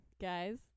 guys